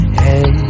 hey